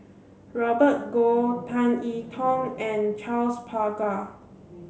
Robert Goh Tan I Tong and Charles Paglar